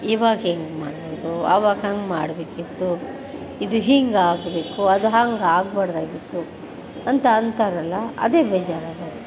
ಇವಾಗ ಹೀಗೆ ಮಾಡ್ಬಾರ್ದು ಅವಾಗ ಹಾಗ್ ಮಾಡಬೇಕಿತ್ತು ಇದು ಹೀಗ್ ಆಗಬೇಕು ಅದು ಹಾಗ್ ಆಗ್ಬಾರ್ದಾಗಿತ್ತು ಅಂತ ಅಂತಾರಲ್ಲ ಅದೇ ಬೇಜಾರಾಗೋದು